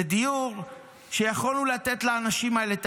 זה דיור שיכולנו לתת לאנשים האלה את